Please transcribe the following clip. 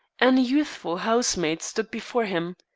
and a youthful housemaid stood before him,